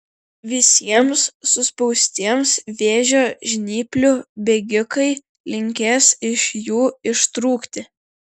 visiems suspaustiems vėžio žnyplių bėgikai linkės iš jų ištrūkti